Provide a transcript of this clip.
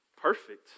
perfect